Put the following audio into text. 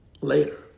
Later